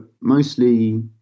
mostly